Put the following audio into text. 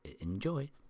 enjoy